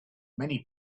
many